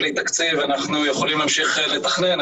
בלי תקציב אנחנו יכולים להמשיך לתכנן,